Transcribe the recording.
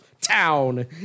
town